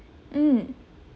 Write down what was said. mm